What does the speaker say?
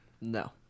No